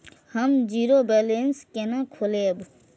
हम zero balance केना खोलैब?